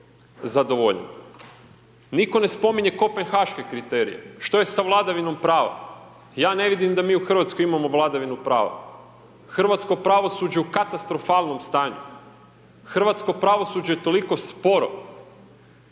Niko ne spominje kopenhaške kriterije što je sa vladavinom prava, ja ne vidim da mi u Hrvatskoj imamo vladavinu prava. Hrvatsko pravosuđe u katastrofalnom stanju. Hrvatsko pravosuđe je toliko sporo,